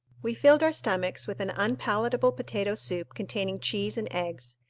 we filled our stomachs with an unpalatable potato soup containing cheese and eggs,